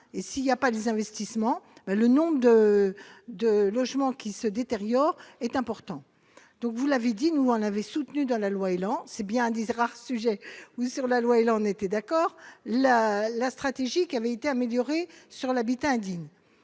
et s'il y a pas des investissements, le nom de, de logements qui se détériore est important donc, vous l'avez dit nous on avait soutenu dans la loi élan c'est bien dit rare sujet ou sur la loi et là, on était d'accord, la la stratégie qui avait été améliorée sur l'habitat indigne,